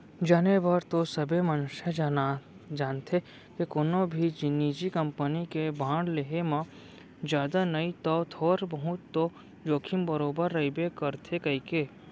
जाने बर तो सबे मनसे जानथें के कोनो भी निजी कंपनी के बांड लेहे म जादा नई तौ थोर बहुत तो जोखिम बरोबर रइबे करथे कइके